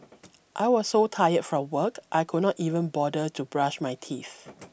I was so tired from work I could not even bother to brush my teeth